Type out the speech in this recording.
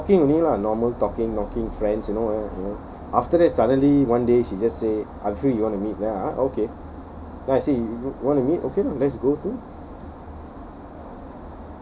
we're just talking only lah normal talking knocking friends you know after that suddenly one day she just say I'm free you want to meet then I okay then I say want to meet okay lah let's go